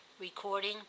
Recording